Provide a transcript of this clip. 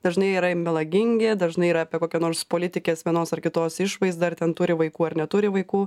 dažnai yra melagingi dažnai yra apie kokio nors politikės vienos ar kitos išvaizdą ar ten turi vaikų ar neturi vaikų